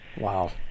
Wow